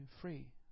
free